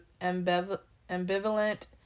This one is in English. ambivalent